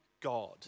God